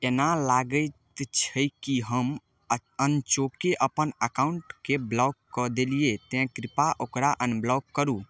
एना लागैत छै कि हम अनचोके अपन अकॉउन्टके ब्लॉक कऽ देलियै तैँ कृपा ओकरा अनब्लॉक करू